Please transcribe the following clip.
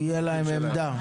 תהיה להם עמדה.